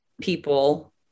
people